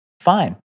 Fine